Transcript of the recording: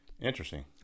Interesting